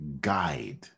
guide